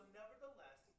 nevertheless